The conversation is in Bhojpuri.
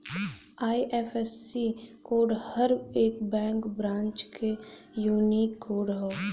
आइ.एफ.एस.सी कोड हर एक बैंक ब्रांच क यूनिक कोड हौ